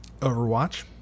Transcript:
Overwatch